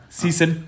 season